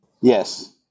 Yes